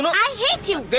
i hate you.